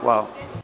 Hvala.